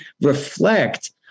reflect